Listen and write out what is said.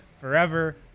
forever